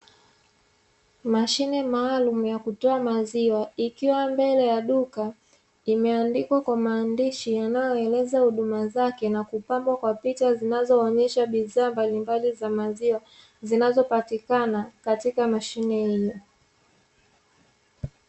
Mashine maalumu ya kutoa maziwa, ikiwa mbele ya duka, imeandikwa kwa maandishi yanayoeleza huduma zake, na kupambwa kwa picha zinazoonesha bidhaa mbalimbali za maziwa, zinazopatikana katika mashine hiyo.